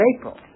April